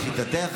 לשיטתך,